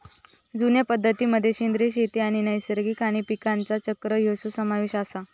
जुन्या पद्धतीं मध्ये सेंद्रिय शेती आणि नैसर्गिक आणि पीकांचा चक्र ह्यांचो समावेश आसा